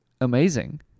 amazing